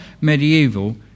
medieval